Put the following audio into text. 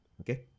Okay